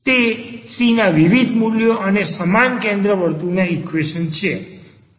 તે c ના વિવિધ મૂલ્યો માટે સમાન કેન્દ્ર વર્તુળના ઈક્વેશન છે